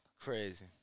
Crazy